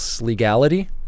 legality